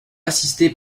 assisté